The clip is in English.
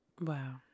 Wow